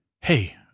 Hey